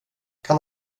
kan